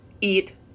eat